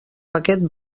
paquet